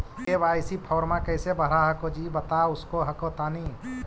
KYC फॉर्मा कैसे भरा हको जी बता उसको हको तानी?